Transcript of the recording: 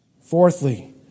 Fourthly